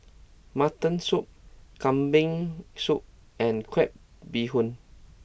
Mutton Soup Kambing Soup and Crab Bee Hoon